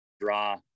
draw